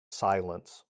silence